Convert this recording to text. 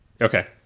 okay